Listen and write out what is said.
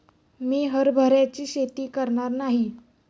मी हरभऱ्याची शेती करणार नाही